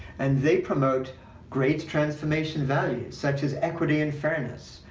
and they promote great transformation values such as equity and fairness,